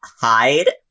hide